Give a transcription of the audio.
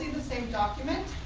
the same document.